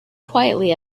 quietly